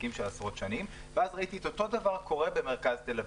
עסקים של עשרות שנים ואז ראיתי את אותו דבר קורה במרכז תל-אביב.